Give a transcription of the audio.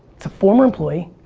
it's a former employee,